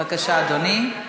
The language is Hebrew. בבקשה, אדוני.